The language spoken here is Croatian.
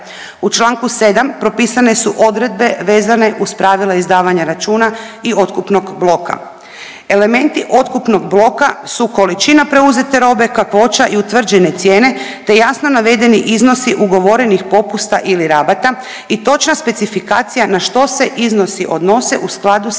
U čl. 7. propisane su odredbe vezane uz pravila izdavanja računa i otkupnog bloka. Elementi otkupnog bloka su količina preuzete robe, kakvoća i utvrđene cijene te jasno navedeni iznosi ugovorenih popusta ili rabata i točna specifikacija na što se iznosi odnose u skladu sa javno